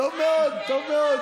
טוב מאוד, טוב מאוד.